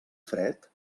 fred